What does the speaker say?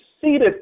seated